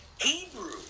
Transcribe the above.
Hebrew